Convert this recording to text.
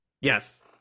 Yes